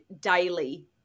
daily